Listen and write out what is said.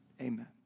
amen